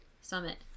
summit